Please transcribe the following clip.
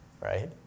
right